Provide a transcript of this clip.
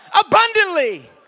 abundantly